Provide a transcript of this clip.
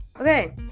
okay